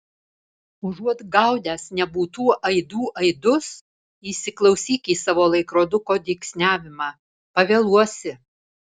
užuot gaudęs nebūtų aidų aidus įsiklausyk į savo laikroduko dygsniavimą pavėluosi